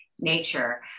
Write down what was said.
nature